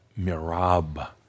mirab